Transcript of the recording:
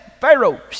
Pharaoh